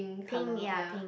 pink ya pink